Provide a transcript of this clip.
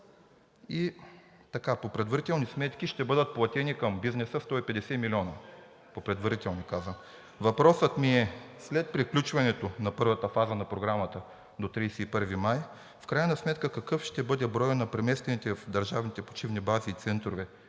участвали. По предварителни сметки ще бъдат платени към бизнеса 150 милиона – предварително казано. Въпросът ми е: след приключването на първата фаза на програмата до 31 май в крайна сметка какъв ще бъде броят на преместените в държавните почивни бази и центрове